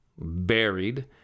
buried